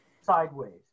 sideways